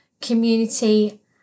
community